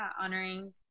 honoring